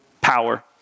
power